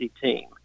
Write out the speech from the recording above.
team